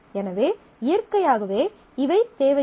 எனவே இயற்கையாகவே இவை தேவையில்லை